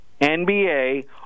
NBA